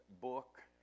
book